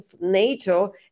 NATO